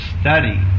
study